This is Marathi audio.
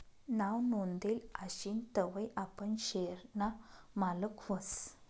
नाव नोंदेल आशीन तवय आपण शेयर ना मालक व्हस